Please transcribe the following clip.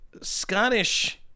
Scottish